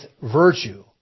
virtue